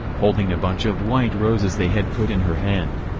holding a bunch of white roses they had put in her hand.